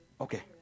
Okay